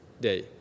day